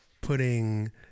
putting